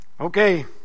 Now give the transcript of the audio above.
Okay